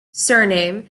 surname